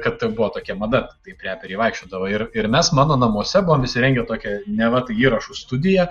kad buvo tokia mada taip reperiai vaikščiodavo ir ir mes mano namuose buvom įsirengę tokią neva tai įrašų studiją